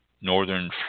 Northern